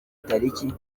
tariki